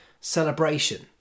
celebration